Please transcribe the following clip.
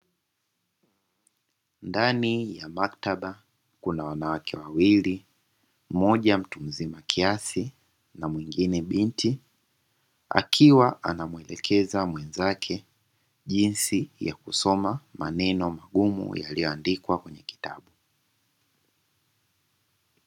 Ndani ya maktaba kuna wanawake wawili. Mmoja mtu mzima kiasi na mwingine binti. Wakiwa anamuonesha mwenzake jinsi ya kusoma maneno magumu yaliyoandikwa kwenye kitabu.